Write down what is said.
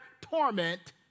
torment